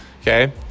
okay